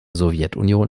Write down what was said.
sowjetunion